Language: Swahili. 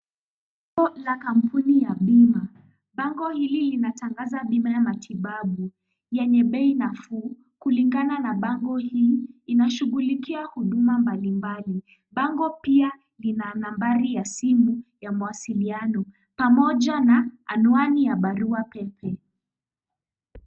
Bango ya kampuni ya bima. Bango hili linatangaza bima ya matibabu yenye bei nafuu kulingana na bango hii inashughulikia huduma mbalimbali. Bango pia lina nambari ya simu ya mawasiliano pamoja na anuani ya barua pepe.